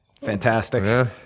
Fantastic